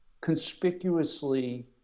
conspicuously